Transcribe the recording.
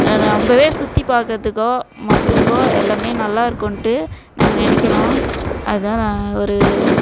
ரொம்பவே சுற்றி பார்க்கறதுக்கோ மற்றதுக்கோ எல்லாமே நல்லா இருக்குன்னுட்டு நாங்கள் நினைக்கிறோம் அதுதான் நான் ஒரு